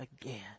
again